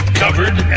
covered